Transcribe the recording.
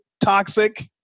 toxic